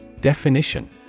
Definition